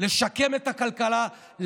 לשקם את הכלכלה,